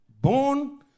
Born